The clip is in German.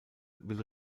will